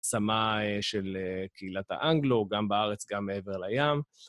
צמא של קהילת האנגלו, גם בארץ, גם מעבר לים.